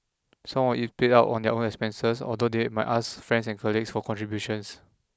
some of it paid out of their own expenses although they my ask friends and colleagues for contributions